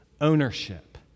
ownership